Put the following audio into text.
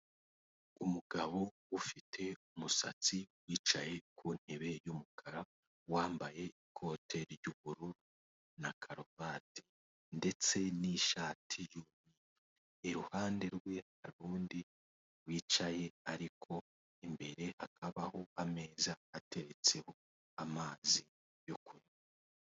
Umugabo ufite umusatsi wicaye ku ntebe y'umukara wambaye ikote ry'ubururu na karuvati ndetse n'ishati yumweru, iruhande rwe hari undi wicaye ariko imbere hakabaho ameza ateretseho amazi yo kunywa.